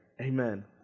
Amen